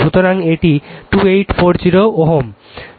সুতরাং এটি 2840 Ω